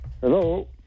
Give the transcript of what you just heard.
Hello